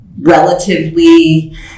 relatively